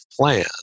plan